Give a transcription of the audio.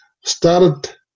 started